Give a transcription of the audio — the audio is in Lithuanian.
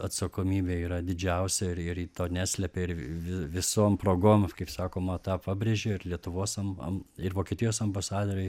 atsakomybė yra didžiausia ir ir ji to neslepia ir vi visom progom kaip sakoma tą pabrėžė ir lietuvos am am ir vokietijos ambasadoriai